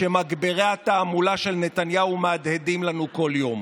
שמגברי התעמולה של נתניהו מהדהדים לנו כל יום.